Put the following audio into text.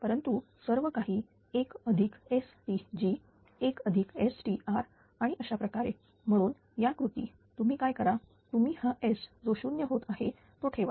परंतु सर्व काही 1STg 1STt आणि अशाप्रकारे म्हणून या कृती तुम्ही काय करा तुम्ही हाS जो 0 होत आहे तो ठेवा